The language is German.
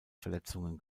verletzungen